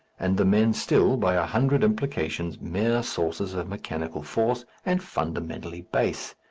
and the men still, by a hundred implications, mere sources of mechanical force, and fundamentally base.